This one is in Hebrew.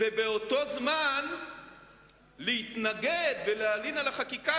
ובאותו זמן להתנגד ולהלין על החקיקה